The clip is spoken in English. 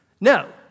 No